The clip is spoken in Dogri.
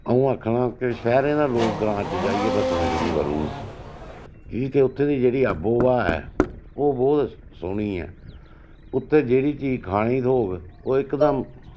आ'ऊं आखना के शैह्रें दा लोक ग्रांऽ च जाइयै बस्सना शुरू करुड़न कि के उत्थें दी जेह्ड़ी आबो हवा ऐ ओह् बौह्त सोह्नी ऐ उत्थे जेह्ड़ी चीज खाने गी थ्होग ओह् इकदम